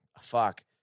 fuck